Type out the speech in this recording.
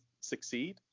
succeed